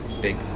big